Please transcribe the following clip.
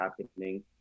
happening